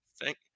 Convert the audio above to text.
thank